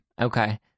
okay